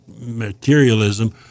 materialism